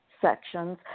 sections